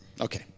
Okay